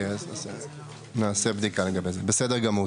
בסדר גמור.